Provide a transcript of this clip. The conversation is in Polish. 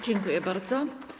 Dziękuję bardzo.